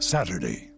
Saturday